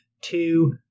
two